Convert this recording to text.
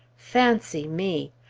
fancy me!